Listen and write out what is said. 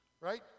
right